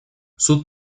суд